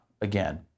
again